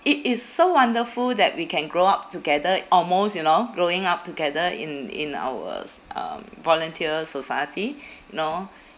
it is so wonderful that we can grow up together almost you know growing up together in in ours um volunteer society you know